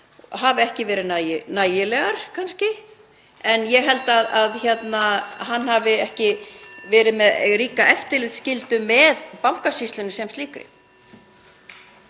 kannski ekki verið nægilegar. En ég held að hann hafi ekki verið með ríka eftirlitsskyldu með Bankasýslunni sem slíkri.